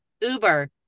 Uber